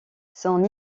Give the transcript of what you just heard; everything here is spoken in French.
son